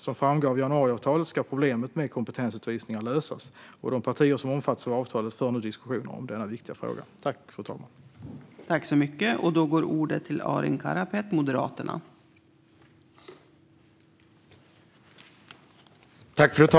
Som framgår av januariavtalet ska problemet med kompetensutvisningar lösas. De partier som omfattas av avtalet för nu diskussioner om denna viktiga fråga. Då interpellanten anmält att hon var förhindrad att närvara vid sammanträdet medgav förste vice talmannen att Arin Karapet i stället fick delta i debatten.